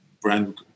brand